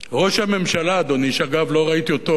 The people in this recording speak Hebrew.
ראש הממשלה, אדוני, שאגב לא ראיתי אותו,